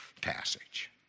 passage